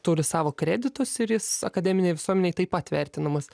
turi savo kreditus ir jis akademinėj visuomenėj taip pat vertinamas